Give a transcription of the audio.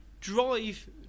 drive